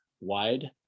wide